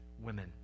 women